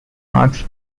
marks